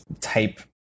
type